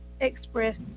Express